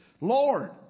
Lord